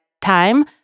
time